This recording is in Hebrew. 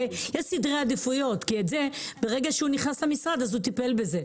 יש סדרי עדיפויות כי ברגע שהוא נכנס למשרד הוא טיפל בזה.